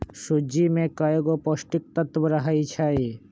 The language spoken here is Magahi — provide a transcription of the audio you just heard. सूज्ज़ी में कएगो पौष्टिक तत्त्व रहै छइ